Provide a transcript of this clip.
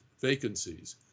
vacancies